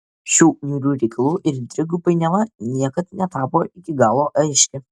šių niūrių reikalų ir intrigų painiava niekad netapo iki galo aiški